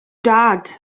dad